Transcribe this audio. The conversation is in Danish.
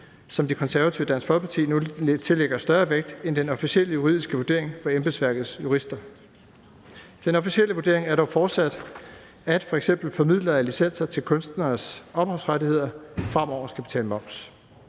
som De Konservative og Dansk Folkeparti nu tillægger større vægt end den officielle juridiske vurdering fra embedsværkets jurister. Den officielle vurdering er dog fortsat, at f.eks. formidlere af licenser til kunstneres ophavsrettigheder fremover skal betale moms.